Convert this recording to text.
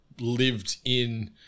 lived-in